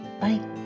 Bye